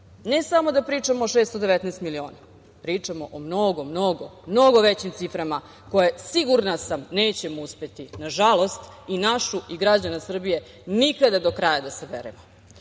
Ne samo da pričamo o 619 miliona, pričamo o mnogo, mnogo, mnogo većim ciframa koje, sigurna sam, nećemo uspeti, nažalost, i našu i građana Srbije, nikada do kraja da saberemo.U